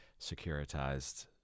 securitized